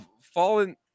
fallen